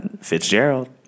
Fitzgerald